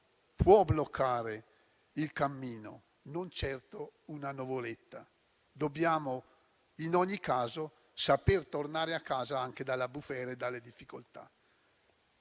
può bloccare il cammino, non certo una nuvoletta; dobbiamo, in ogni caso, saper tornare a casa anche dalla bufera e dalle difficoltà.